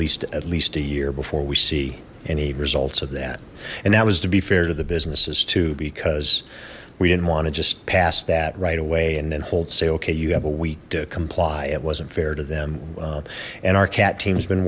least at least a year before we see any results of that and that was to be fair to the businesses to because we didn't want to just pass that right away and then hold say okay you have a week to comply it wasn't fair to them and our cat team has been